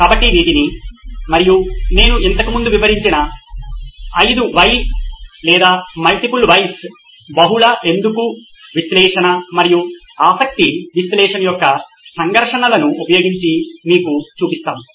కాబట్టి వీటిని మరియు నేను ఇంతకు ముందు వివరించిన "5 వైస్" లేదా "multiple whys" 5 whys" or" multiple whys" బహుళ "ఎందుకు" విశ్లేషణ మరియు ఆసక్తి విశ్లేషణ యొక్క సంఘర్షణలను ఉపయోగించి మీకు చూపిస్తాము